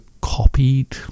copied